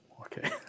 okay